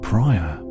prior